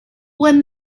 when